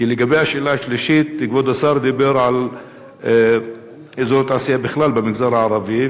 כי לגבי השאלה השלישית כבוד השר דיבר על אזור תעשייה בכלל במגזר הערבי,